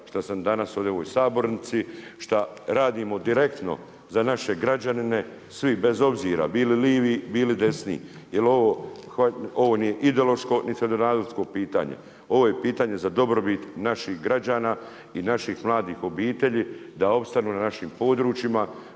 što sam danas ovdje u sabornici, šta radimo direktno za naše građanine, svi, bez obzira bili lijevi ili desni, jer ovo nije ideološko niti svjetonazorsko pitanje. Ovo je pitanje za dobrobit naših građana i naših mladih obitelji da opstanu na našim područjima,